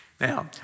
Now